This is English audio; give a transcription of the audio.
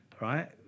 right